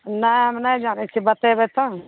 नाम नहि जानैत छी बतेबै तब ने